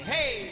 Hey